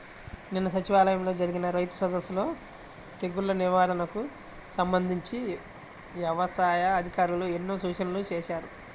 నిన్న సచివాలయంలో జరిగిన రైతు సదస్సులో తెగుల్ల నిర్వహణకు సంబంధించి యవసాయ అధికారులు ఎన్నో సూచనలు చేశారు